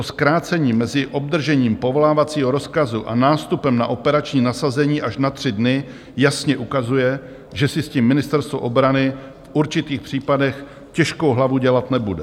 Zkrácení mezi obdržením povolávacího rozkazu a nástupem na operační nasazení až na tři dny jasně ukazuje, že si s tím Ministerstvo obrany v určitých případech těžkou hlavu dělat nebude.